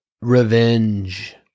Revenge